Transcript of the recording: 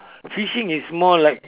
fishing is more like